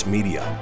Media